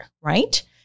Right